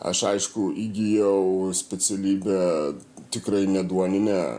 aš aišku įgijau specialybę tikrai ne duoninę